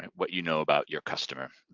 what you know about your customer.